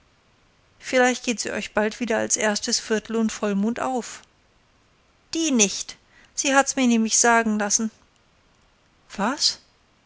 vielleicht geht sie euch bald wieder als erstes viertel und vollmond auf die nicht sie hat mir's nämlich sagen lassen was